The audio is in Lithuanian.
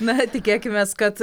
na tikėkimės kad